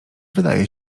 wydaje